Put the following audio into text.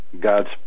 God's